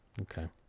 Okay